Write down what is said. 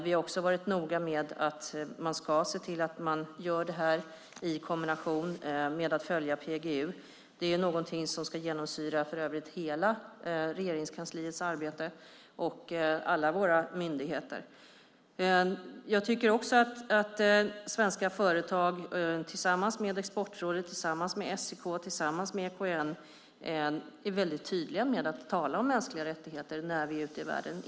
Vi har varit noga med att se till att man gör det här i kombination med att följa PGU. Det är någonting som för övrigt ska genomsyra hela Regeringskansliets arbete och alla våra myndigheter. Jag tycker att svenska företag, tillsammans med Exportrådet, SEK och EKN, är tydliga med att tala om mänskliga rättigheter när vi är ute i världen.